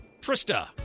Trista